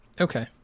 Okay